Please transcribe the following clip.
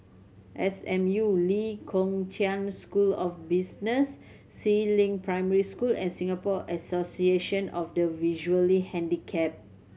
S M U Lee Kong Chian School of Business Si Ling Primary School and Singapore Association of the Visually Handicapped